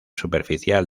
superficial